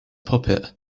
puppet